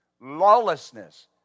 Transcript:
Lawlessness